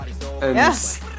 Yes